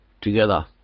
together